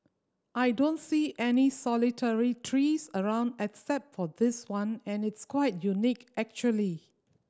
I don't see any solitary trees around except for this one and it's quite unique actually